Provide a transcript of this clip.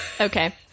Okay